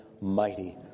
mighty